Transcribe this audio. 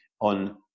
on